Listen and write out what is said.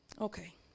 okay